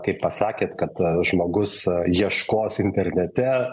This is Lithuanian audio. kai pasakėt kad žmogus ieškos internete